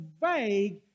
vague